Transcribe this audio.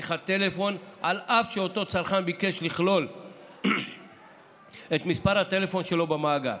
בשיחת טלפון אף שאותו צרכן ביקש לכלול את מספר הטלפון שלו במאגר.